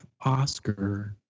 Oscar